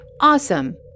Awesome